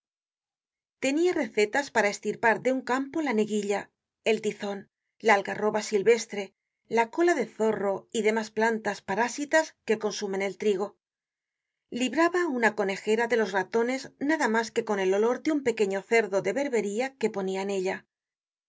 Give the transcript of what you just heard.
tenia recetas para estirpar de un campo la neguilla el tizon la algarroba silvestre la cola de zorro y demás plantas parásitas que consumen el trigo libraba una conejera de los ratones nada mas que con el olor de un pequeño cerdo de berbería que ponia en ella